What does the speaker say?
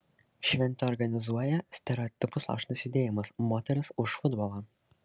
šventę organizuoja stereotipus laužantis judėjimas moterys už futbolą